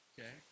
Okay